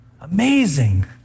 amazing